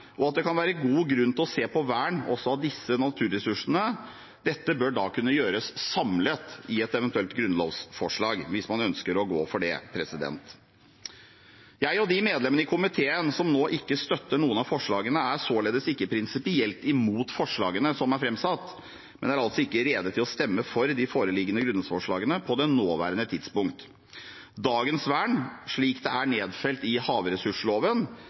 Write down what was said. og at det kan være god grunn til å se på vern også av disse naturressursene. Dette bør da kunne gjøres samlet i et eventuelt grunnlovsforslag hvis man ønsker å gå for det. Jeg og de medlemmene i komiteen som nå ikke støtter noen av forslagene, er således ikke prinsipielt imot forslagene som er framsatt, men er altså ikke rede til å stemme for de foreliggende grunnlovsforslagene på det nåværende tidspunkt. Dagens vern, slik det er nedfelt i havressursloven,